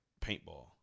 paintball